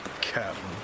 Captain